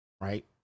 right